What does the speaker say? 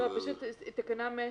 פשוט אחידות.